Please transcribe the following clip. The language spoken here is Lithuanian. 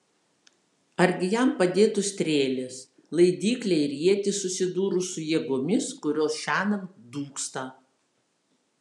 argi jam padėtų strėlės laidyklė ir ietis susidūrus su jėgomis kurios šiąnakt dūksta